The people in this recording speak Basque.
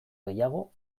gehiago